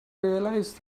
realised